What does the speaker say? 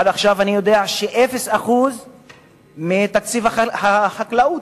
ועד עכשיו אני יודע שאפס אחוז מתקציב החקלאות,